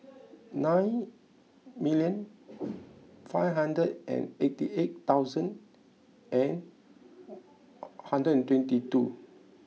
nine million five hundred and eighty eight thousand and hundred and twenty two